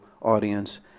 audience